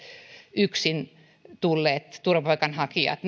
yksin tulleet turvapaikanhakijat